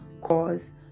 cause